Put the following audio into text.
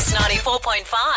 94.5